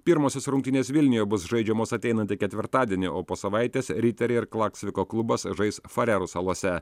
pirmosios rungtynės vilniuje bus žaidžiamos ateinantį ketvirtadienį o po savaitės riteriai ir klaksviko klubas žais farerų salose